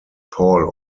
paul